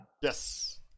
yes